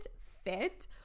fit